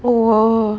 !whoa!